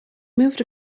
moved